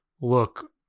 look